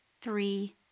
three